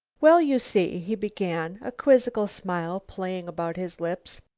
well, you see, he began, a quizzical smile playing about his lips,